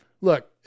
look